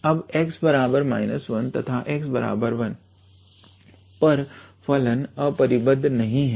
अब x 1 तथाx1 पर यह फलन अपरिबद्ध भी नहीं है